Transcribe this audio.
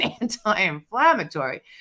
anti-inflammatory